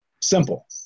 Simple